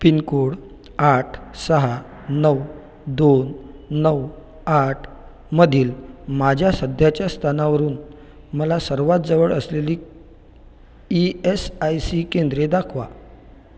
pin code आठ सहा नऊ दोन नऊ आठ मधील माझ्या सध्याच्या स्थानावरून मला सर्वात जवळ असलेली ई एस आय सी केंद्रे दाखवा